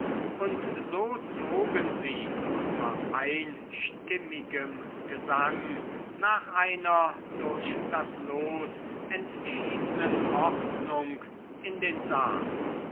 und so zogen sie unter einstimmigem gesang nach einer durch das los entschiedenen ordnung in den saal